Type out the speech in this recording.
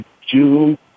June